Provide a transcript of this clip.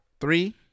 three